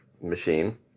machine